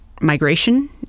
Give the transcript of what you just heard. migration